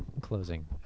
closing